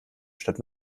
statt